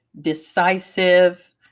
decisive